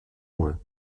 moins